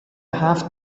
هفت